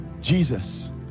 Jesus